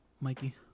Mikey